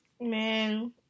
Man